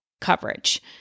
coverage